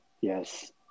Yes